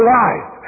life